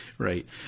Right